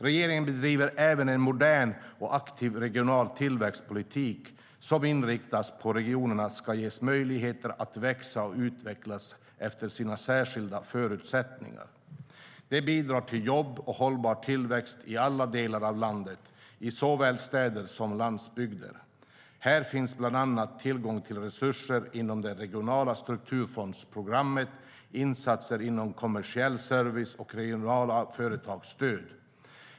Regeringen bedriver även en modern och aktiv regional tillväxtpolitik som inriktas på att regionerna ska ges möjligheter att växa och utvecklas efter sina särskilda förutsättningar. Det bidrar till jobb och hållbar tillväxt i alla delar av landet, i såväl städer som landsbygder. Här finns bland annat tillgång till resurser inom de regionala strukturfondsprogrammen, insatser inom kommersiell service och regionala företagsstöd.